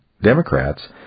Democrats